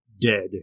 dead